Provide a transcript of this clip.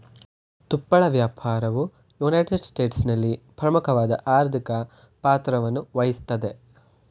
ತುಪ್ಪಳ ವ್ಯಾಪಾರವು ಯುನೈಟೆಡ್ ಸ್ಟೇಟ್ಸ್ನಲ್ಲಿ ಪ್ರಮುಖವಾದ ಆರ್ಥಿಕ ಪಾತ್ರವನ್ನುವಹಿಸ್ತದೆ